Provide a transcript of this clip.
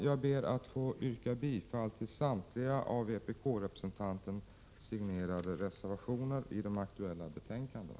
Jag ber att få yrka bifall till samtliga av vpk-representanten signerade reservationer i de aktuella betänkandena.